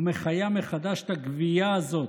ומחיה מחדש את הגווייה הזאת,